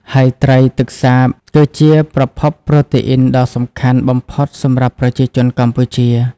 ហើយត្រីទឹកសាបគឺជាប្រភពប្រូតេអ៊ីនដ៏សំខាន់បំផុតសម្រាប់ប្រជាជនកម្ពុជា។